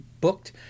booked